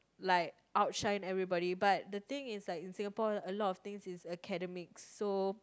like outshine everybody but the thing is like in Singapore a lot of things is academic so